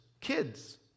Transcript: kids